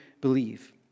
believe